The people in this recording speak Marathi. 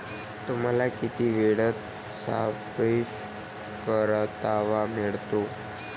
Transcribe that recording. तुम्हाला किती वेळेत सापेक्ष परतावा मिळतो?